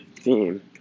theme